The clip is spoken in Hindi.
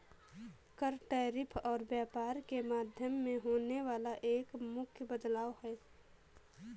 कर, टैरिफ और व्यापार के माध्यम में होने वाला एक मुख्य बदलाव हे